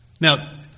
Now